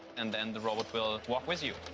and then the robot will walk with you.